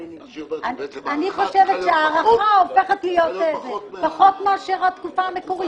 אני חושבת שההארכה הופכת להיות --- פחות מאשר התקופה המקורית,